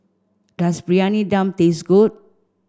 does Briyani Dum taste good